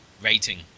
rating